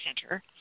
Center